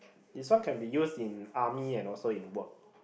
this one can be used in army and also in work